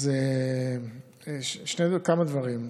אז כמה דברים,